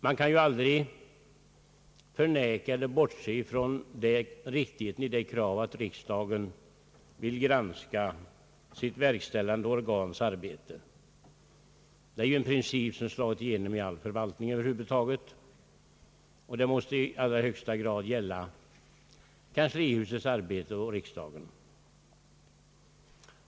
Man kan aldrig bortse ifrån det riktiga i kravet att riksdagen vill granska sitt verkställande organs arbete. Det är ju en princip som slagit igenom i all förvaltning, och det måste i allra högsta grad gälla kanslihusets arbete och riksdagen.